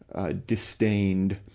ah, disdained.